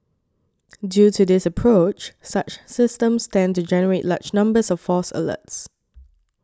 due to this approach such systems tend to generate large numbers of false alerts